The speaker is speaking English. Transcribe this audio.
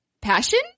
passion